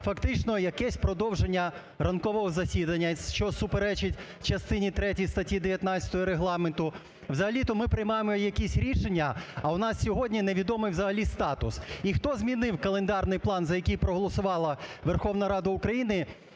фактично якесь продовження ранкового засідання, що суперечить частині третій статті 19 Регламенту. Взагалі-то ми приймаємо якісь рішення, а у нас сьогодні невідомий взагалі статус. І хто змінив календарний план, за який проголосувала Верховна Рада України,